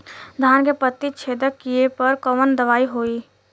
धान के पत्ती छेदक कियेपे कवन दवाई होई?